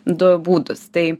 du būdus tai